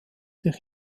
sich